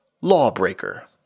lawbreaker